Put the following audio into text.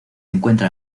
encuentra